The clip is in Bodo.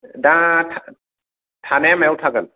दा था थानाया मायाव थागोन